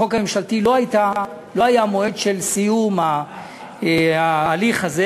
בחוק הממשלתי לא היה מועד של סיום ההליך הזה,